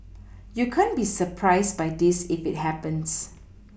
you can't be surprised by this if it happens